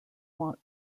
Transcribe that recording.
want